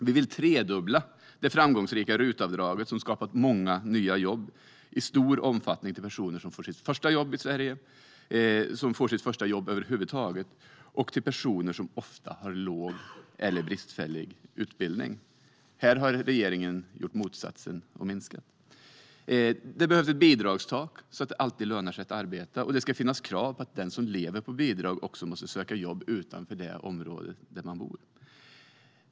Vi vill tredubbla det framgångsrika RUT-avdraget, som skapat många nya jobb - i stor omfattning för personer som får sitt första jobb i Sverige eller sitt första jobb över huvud taget och för personer som ofta har låg eller bristfällig utbildning. Här har regeringen gjort motsatsen och minskat. Det behövs ett bidragstak så att det alltid lönar sig att arbeta, och det ska finnas krav att den som lever på bidrag måste söka jobb även utanför området där man bor.